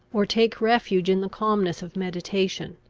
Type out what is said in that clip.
or take refuge in the calmness of meditation.